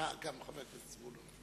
אה, גם חבר הכנסת זבולון.